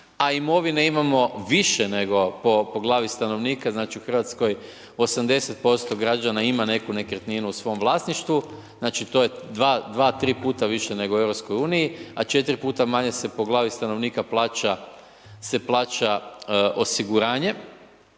a imovine imamo više nego po glavi stanovnika, znači u Hrvatskoj 80% građana ima neku nekretninu u svom vlasništvu, to je stanovnika plaća osiguranje